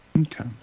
Okay